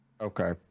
Okay